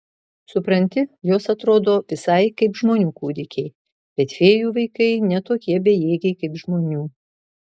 supranti jos atrodo visai kaip žmonių kūdikiai bet fėjų vaikai ne tokie bejėgiai kaip žmonių